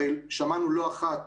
הרי שמענו לא אחת